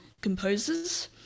composers